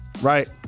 Right